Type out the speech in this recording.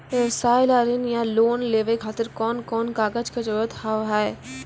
व्यवसाय ला ऋण या लोन लेवे खातिर कौन कौन कागज के जरूरत हाव हाय?